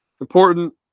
important